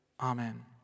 Amen